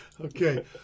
okay